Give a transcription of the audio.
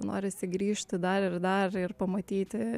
norisi grįžti dar ir dar ir pamatyti